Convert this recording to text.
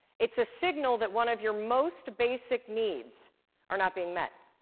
it's a signal that one of your most basic needs are not being met.